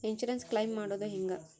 Insurance claim ಮಾಡೋದು ಹೆಂಗ?